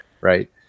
right